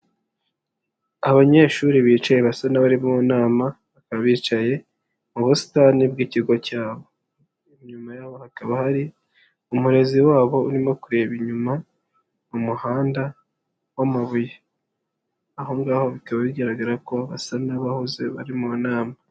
Abanyeshuri bicaye basa n'abari mu nama bakaba bicaye mu busitani bw'ikigo cyabo, inyuma yabo hakaba hari umurezi wabo urimo kureba inyuma mu muhanda w'amabuye, aho ngaho bikaba bigaragara ko basa n'abahuze bari mu nama.